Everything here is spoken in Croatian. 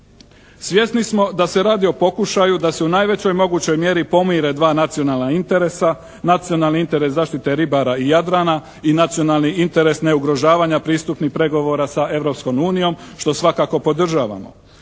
Svjesni smo da se radi o pokušaju da se u najvećoj mogućoj mjeri pomire dva nacionalna interesa, nacionalni interes zaštite ribara i Jadrana i nacionalni interes neugrožavanje pristupnih pregovora sa Europskom unijom što svakako podržavamo.